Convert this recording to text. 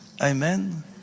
Amen